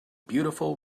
beautiful